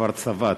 כבר צבא.